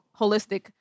holistic